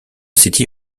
city